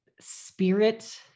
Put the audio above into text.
spirit